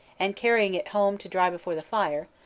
and carrying it home to dry before the fire,